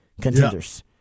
contenders